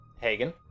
hagen